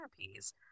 therapies